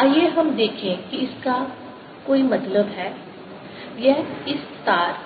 12LI20I24πlnbaL02πlnba आइए हम देखें कि क्या इसका कोई मतलब है यह इस तार